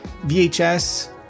VHS